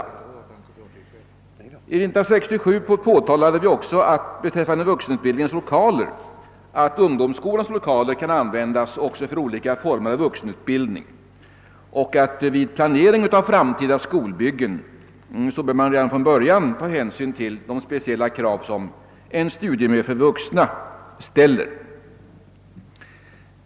År 1967 framhöll vi också beträffande vuxenutbildningens lokaler att ungdomsskolans lokaler kan användas även för olika former av vuxenutbildning och att man vid planering av framtida skolbyggen bör redan från början ta hänsyn till de speciella krav som en studiemiljö för vuxna ställer.